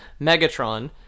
Megatron